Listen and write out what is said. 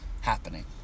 happening